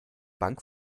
bank